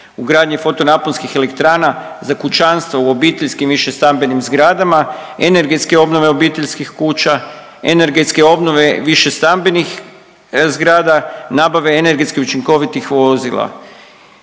ugradnje fotonaponskih elektrana za kućanstva u obiteljskim višestambenih zgradama, energetske obnove obiteljskih kuća, energetske obnove višestambenih zgrada, nabave energetski učinkovitih vozila.